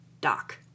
Doc